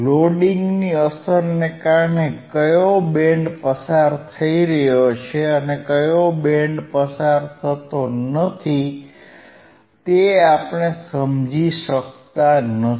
લોડિંગની અસરને કારણે કયો બેન્ડ પસાર થઈ રહ્યો છે અને કયો બેન્ડ પસાર થતો નથી તે આપણે સમજી શકતા નથી